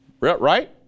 Right